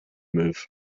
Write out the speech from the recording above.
move